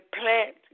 plant